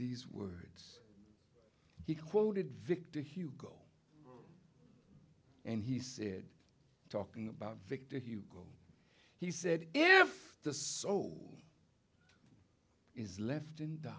these words he quoted victor hugo and he said talking about victor hugo he said if the soul is left in the